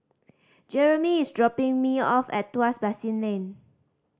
Jeramy is dropping me off at Tuas Basin Lane